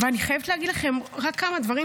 אני חייבת להגיד לכם רק כמה דברים,